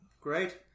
Great